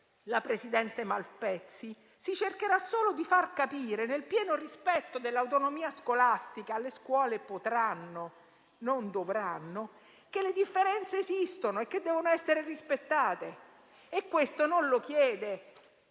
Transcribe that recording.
la presidente Malpezzi - si cercherà solo di far capire, nel pieno rispetto dell'autonomia scolastica, per cui le scuole potranno e non dovranno - che le differenze esistono e che devono essere rispettate e questo non lo chiede